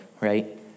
right